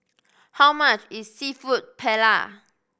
how much is Seafood Paella